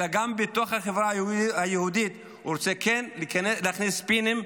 אלא גם בתוך החברה היהודית הוא רוצה להכניס ספינים,